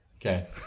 Okay